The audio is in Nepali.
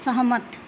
सहमत